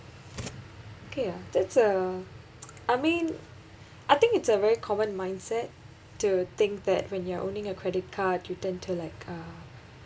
okay ah that's a I mean I think it's a very common mindset to think that when you are owning a credit card you tend to like uh